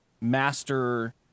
master